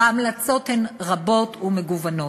וההמלצות הן רבות ומגוונות.